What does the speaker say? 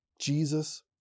Jesus